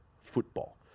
football